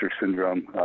syndrome